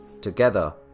Together